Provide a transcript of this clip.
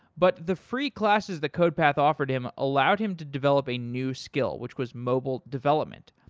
but the free classes that codepath offered him allowed him to develop a new skill, which was mobile development.